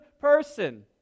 person